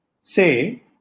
say